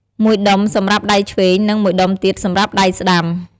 មួយដុំសម្រាប់ដៃឆ្វេង និងមួយដុំទៀតសម្រាប់ដៃស្តាំ។